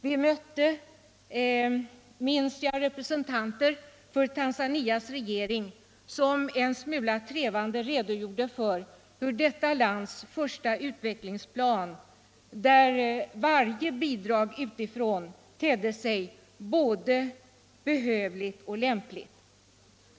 Vi mötte, minns jag, representanter för Tanzanias regering, som en smula trevande redogjorde för detta lands första utvecklingsplan där varje bidrag utifrån tedde sig både behövligt och lämpligt.